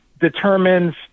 determines